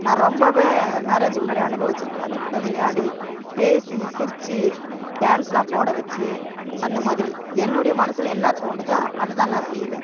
நான் ரொம்ப மேரேஜுக்கு முன்னாடி அனுபவித்திருக்குறேன் அதுங்கக்கிட்டே விளையாடி பேசி சிரித்து டான்ஸுலாம் போட வைச்சி அந்த மாதிரி என்னுடைய மனசில் என்ன தோன்றுதோ அதை தான் நான் செய்வேன்